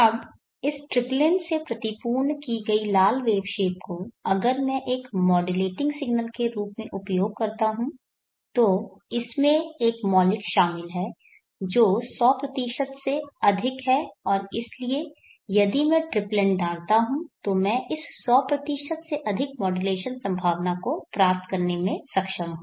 अब इस ट्रिपल से प्रतिपूर्ण की गई लाल वेवशेप को अगर मैं एक मॉड्यूलेटिंग सिग्नल के रूप में उपयोग करता हूं तो इसमें एक मौलिक शामिल है जो 100 से अधिक है और इसलिए यदि मैं ट्रिप्लन डालता हूं तो मैं इस 100 से अधिक मॉड्यूलेशन संभावना को प्राप्त करने में सक्षम हूं